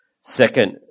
Second